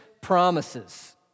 promises